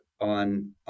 on